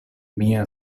mia